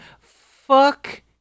fuck